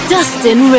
Dustin